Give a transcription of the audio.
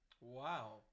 Wow